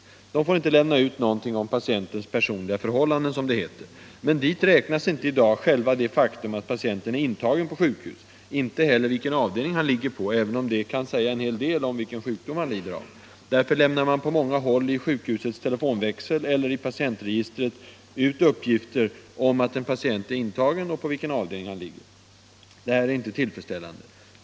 Personalen får inte lämna ut några uppgifter om patientens personliga förhållanden, som det heter. Men dit räknas i dag inte själva det faktum att patienten är intagen på sjukhus, inte heller vilken avdelning han ligger på, även om det kan säga en hel del om vilken sjukdom han lider av. Därför lämnar man på många håll i sjukhusets telefonväxel eller i patientregistrot ut uppgifter om att patienten är intagen och på vilken avdelning han ligger. Det här är inte tillfredsställande.